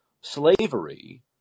slavery